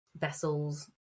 vessels